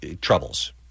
troubles